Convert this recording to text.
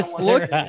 look